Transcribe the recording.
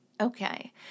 Okay